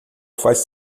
faz